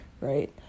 right